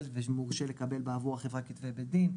ומורשה לקבל בעבור החברה כתבי בית דין.